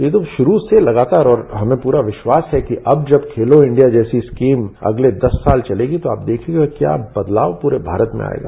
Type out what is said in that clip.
ये तो शुरू से लगातार और हमें पूरा विश्वास है कि अब जब खेलो इंडिया जैसी स्कीम अगले दस साल चलेगी तो आप देखिएगा क्या बदलाव पूरे भारत में आएगा